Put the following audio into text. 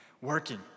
Working